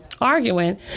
arguing